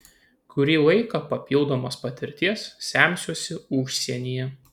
kurį laiką papildomos patirties semsiuosi užsienyje